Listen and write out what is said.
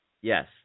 Yes